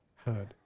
heard